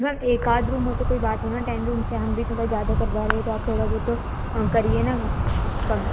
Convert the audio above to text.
ma'am एकाध room हो तो कोई बात हो न टेन रूम्स हैं हम भी थोड़ा ज़्यादा करवा रहे तो आप थोड़ा बहुत तो करिए न कम